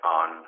on